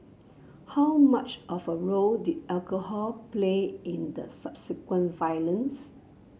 how much of a role did alcohol play in the subsequent violence